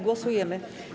Głosujemy.